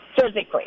physically